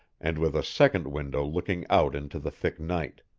and with a second window looking out into the thick night.